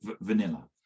vanilla